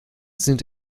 sind